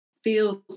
feels